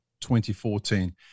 2014